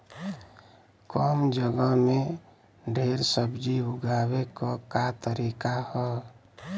कम जगह में ढेर सब्जी उगावे क का तरीका ह?